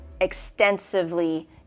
extensively